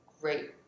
great